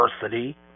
diversity